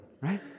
right